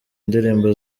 indirimbo